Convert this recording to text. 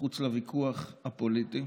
מחוץ לוויכוח הפוליטי.